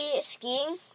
skiing